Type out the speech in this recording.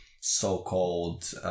so-called